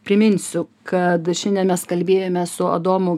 priminsiu kad šiandien mes kalbėjomės su adomu